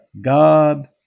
God